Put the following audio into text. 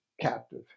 captive